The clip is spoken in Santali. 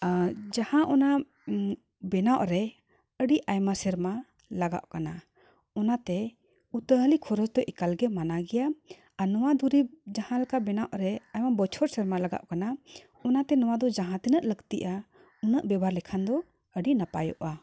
ᱡᱟᱦᱟᱸ ᱚᱱᱟ ᱵᱮᱱᱟᱣ ᱨᱮ ᱟᱹᱰᱤ ᱟᱭᱢᱟ ᱥᱮᱨᱢᱟ ᱞᱟᱜᱟᱜ ᱠᱟᱱᱟ ᱚᱱᱟᱛᱮ ᱩᱛᱟᱹᱦᱟᱹᱞᱤ ᱠᱷᱚᱨᱚᱪ ᱫᱚ ᱮᱠᱟᱞᱜᱮ ᱢᱟᱱᱟ ᱜᱮᱭᱟ ᱟᱨ ᱱᱚᱣᱟ ᱫᱩᱨᱤᱵᱽ ᱡᱟᱦᱟᱸ ᱞᱮᱠᱟ ᱵᱮᱱᱟᱜ ᱨᱮ ᱟᱭᱢᱟ ᱵᱚᱪᱷᱚᱨ ᱥᱮᱨᱢᱟ ᱞᱟᱜᱟᱜ ᱠᱟᱱᱟ ᱚᱱᱟᱛᱮ ᱱᱚᱣᱟ ᱫᱚ ᱡᱟᱦᱟᱸ ᱛᱤᱱᱟᱹᱜ ᱞᱟᱹᱠᱛᱤᱜᱼᱟ ᱩᱱᱟᱹᱜ ᱵᱮᱵᱚᱦᱟᱨ ᱞᱮᱠᱷᱟᱱ ᱫᱚ ᱟᱹᱰᱤ ᱱᱟᱯᱟᱭᱚᱜᱼᱟ